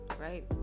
right